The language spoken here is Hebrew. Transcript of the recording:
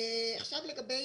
לגבי